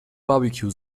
barbecue